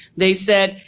they said,